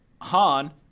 Han